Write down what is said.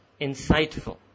insightful